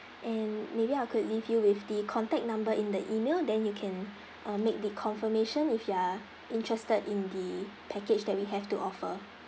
and maybe I could leave you with the contact number in the email then you can uh make the confirmation if you are interested in the package that we have to offer